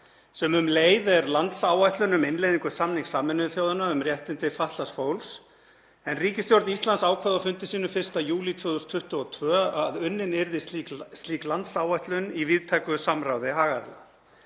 sem um leið er landsáætlun um innleiðingu samnings Sameinuðu þjóðanna um réttindi fatlaðs fólks, en ríkisstjórn Íslands ákvað á fundi sínum 1. júlí 2022 að unnin yrði slík landsáætlun í víðtæku samráði hagaðila.